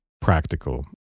practical